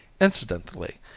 Incidentally